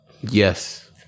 Yes